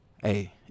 Hey